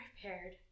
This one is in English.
prepared